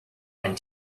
and